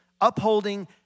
upholding